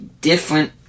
different